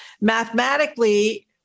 Mathematically